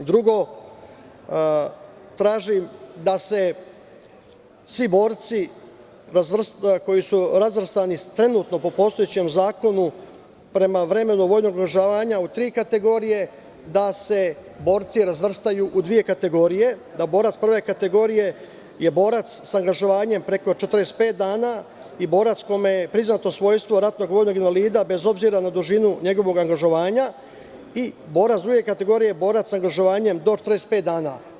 Drugo, tražim da se svi borci koji su razvrstani trenutno po postojećem zakonu prema vremenu vojnog angažovanja u tri kategorije, da se borci razvrstaju u dve kategorije, da borac prve kategorije je borac sa angažovanjem preko 45 dana i borac kome je priznato svojstvo ratnog vojnog invalida bez obzira na dužinu njegovog angažovanja, a borac druge kategorije je borac sa angažovanjem do 45 dana.